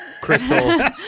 crystal